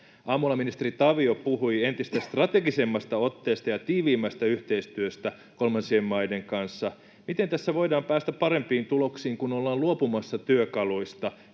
Aamulla ministeri Tavio puhui entistä strategisemmasta otteesta ja tiiviimmästä yhteistyöstä kolmansien maiden kanssa. Miten tässä voidaan päästä parempiin tuloksiin, kun ollaan luopumassa työkaluista,